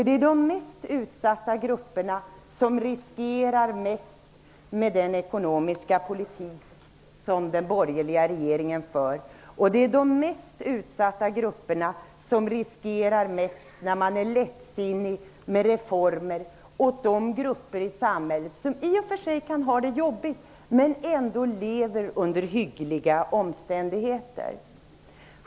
Det blir de mest utsatta grupperna som riskerar mest med den ekonomiska politik som den borgerliga regeringen för, och det är de mest utsatta grupperna som riskerar mest när man är lättsinnig med reformer. Det gäller grupper i samhället som i och för sig har det jobbigt men som ändå lever under hyggliga omständigheter.